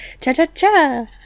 cha-cha-cha